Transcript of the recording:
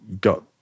got